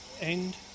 end